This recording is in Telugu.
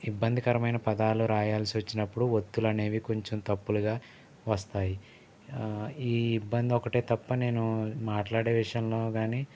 ఇబ్బందికరమైన పదాలు రాయాల్సివచ్చినప్పుడు ఒత్తులనేవి కొంచెం తప్పులుగా వస్తాయి ఈ ఇబ్బంది ఒకటే తప్ప నేను మాట్లాడే విషయంలో గాని